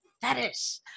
fetish